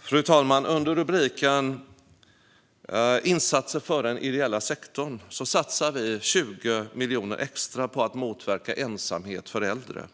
Fru talman! Under rubriken "Insatser för den ideella sektorn" satsar vi 20 miljoner extra på att motverka ensamhet bland äldre.